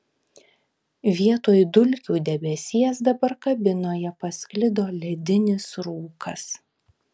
vietoj dulkių debesies dabar kabinoje pasklido ledinis rūkas